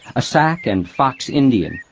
a sac and fox indian,